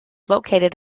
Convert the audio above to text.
located